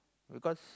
because